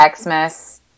Xmas